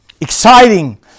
Exciting